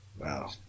Wow